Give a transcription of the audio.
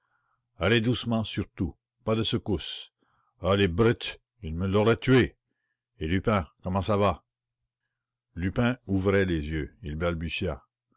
surtout pas de secousses ah les brutes ils me l'auraient tué eh lupin comment ça va lupin ouvrait les yeux il